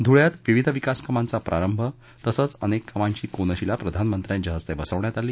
धुळयात विविध विकास कामांचा प्रारंभ तसंच अनेक कामांची कोनशिला प्रधानमंत्र्यांच्या हस्ते बसवण्यात आली